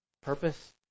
purpose